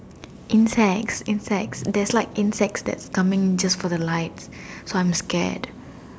insects insects there's like insect that's coming just for the lights so I am scared